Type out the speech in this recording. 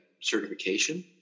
certification